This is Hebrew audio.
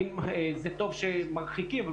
זה טוב שמרחיקים,